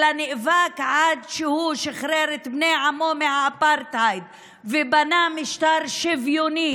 אלא נאבק עד שהוא שחרר את בני עמו מהאפרטהייד ובנה משטר שוויוני